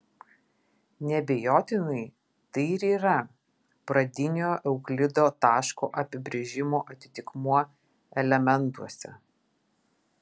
neabejotinai tai ir yra pradinio euklido taško apibrėžimo atitikmuo elementuose